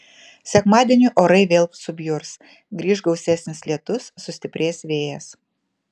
sekmadienį orai vėl subjurs grįš gausesnis lietus sustiprės vėjas